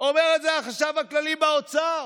אומר את זה החשב הכללי באוצר,